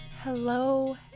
Hello